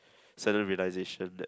salinization that